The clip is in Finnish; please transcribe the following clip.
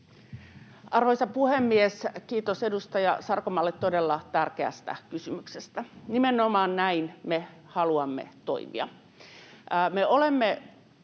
Arvoisa puhemies! Kiitos edustaja Sarkomaalle todella tärkeästä kysymyksestä. Nimenomaan näin me haluamme toimia.